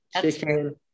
chicken